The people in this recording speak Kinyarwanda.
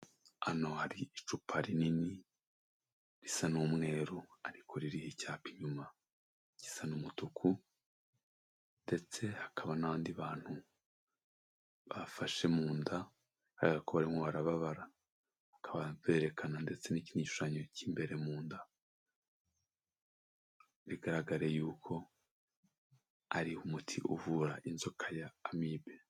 Hano hari icupa rinini risa n'umweru ariko ririho icyapa inyuma gisa n'umutuku, ndetse hakaba n'abandi bantu bafashe mu nda bigaragara ko barimo barababara, bakaba berekana ndetse n'igishushanyo cy'imbere mu nda bigaraga yuko ari umuti uvura inzoka ya amibe.